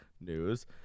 news